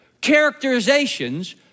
characterizations